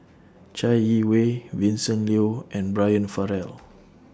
Chai Yee Wei Vincent Leow and Brian Farrell